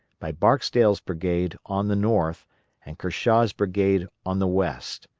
by barksdale's brigade on the north and kershaw's brigade on the west.